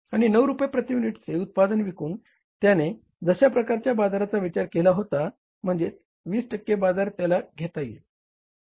आणि 9 रुपये प्रती युनिटचे उत्पादन विकून त्याने जशा प्रकारच्या बाजाराचा विचार केला होता म्हणजेच 20 टक्के बाजार त्याला घेता येईल